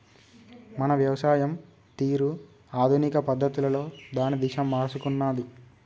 మన వ్యవసాయం తీరు ఆధునిక పద్ధతులలో దాని దిశ మారుసుకున్నాది